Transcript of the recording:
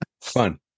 Fun